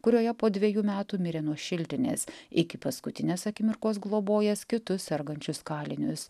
kurioje po dvejų metų mirė nuo šiltinės iki paskutinės akimirkos globojęs kitus sergančius kalinius